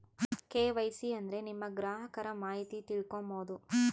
KYC ಅಂದ್ರೆ ನಿಮ್ಮ ಗ್ರಾಹಕರ ಮಾಹಿತಿ ತಿಳ್ಕೊಮ್ಬೋದು